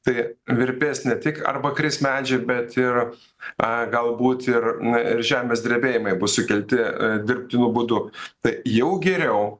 tai virpės ne tik arba kris medžiai bet yra a galbūt ir na ir žemės drebėjimai bus sukelti dirbtiniu būdu tai jau geriau